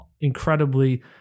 incredibly